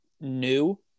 new